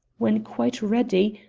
when quite ready,